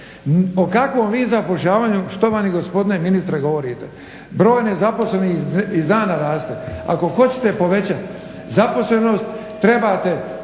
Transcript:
O kakvom vi zapošljavanju štovani gospodine ministre govorite? Broj nezaposlenih iz dana u dana raste. Ako hoćete povećat zaposlenost trebate